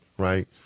Right